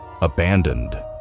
abandoned